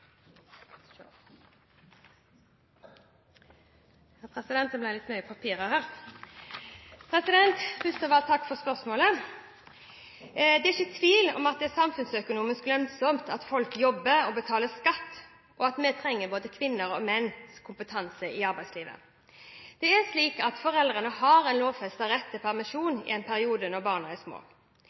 er ikke tvil om at det er samfunnsøkonomisk lønnsomt at folk jobber og betaler skatt, og at vi trenger både kvinners og menns kompetanse i arbeidslivet. Det er slik at foreldre har en lovfestet rett til permisjon i en periode når barna er små.